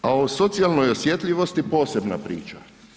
A o socijalnoj osjetljivosti posebna priča.